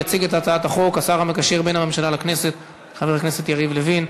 יציג את הצעת החוק השר המקשר בין הממשלה לכנסת חבר הכנסת יריב לוין.